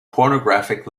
pornographic